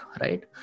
right